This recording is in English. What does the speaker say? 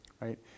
right